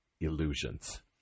illusions